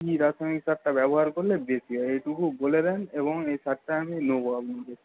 কি রাসায়নিক সারটা ব্যবহার করলে বেশী হয় এইটুকু বলে দেন এবং এই সারটা আমি নেব আপনাদের